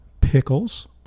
pickles